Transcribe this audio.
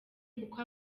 kuko